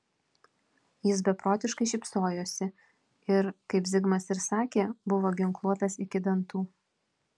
jis beprotiškai šypsojosi ir kaip zigmas ir sakė buvo ginkluotas iki dantų